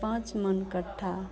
पाँच मन कट्टा